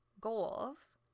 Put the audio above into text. goals